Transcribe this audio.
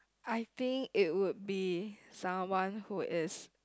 I think it would be someone who is